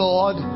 Lord